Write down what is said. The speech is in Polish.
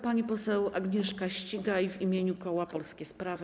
Pani poseł Agnieszka Ścigaj w imieniu koła Polskie Sprawy.